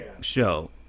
show